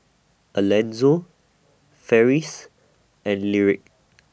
Alanzo Ferris and Lyric